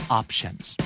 options